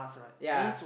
ya